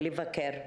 לגבי קצבאות, שיפוי,